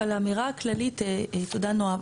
אבל האמירה הכללית, תודה נעה.